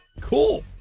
Cool